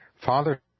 Father